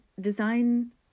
Design